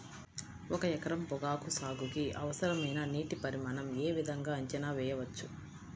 ఒక ఎకరం పొగాకు సాగుకి అవసరమైన నీటి పరిమాణం యే విధంగా అంచనా వేయవచ్చు?